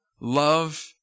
love